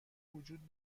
وجود